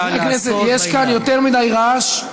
יש כאן יותר מדי רעש.